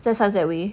在 sunset way